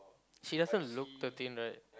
she doesn't look thirteen right